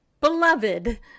beloved